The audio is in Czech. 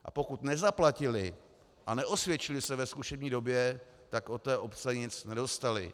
A pokud nezaplatili a neosvědčili se ve zkušební době, tak od té obce nic nedostali.